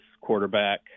quarterback